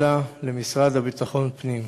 אלא למשרד לביטחון פנים.